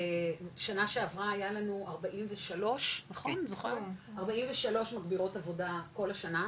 שנה שעברה היה לנו 43 מגבירות עבודה כל השנה,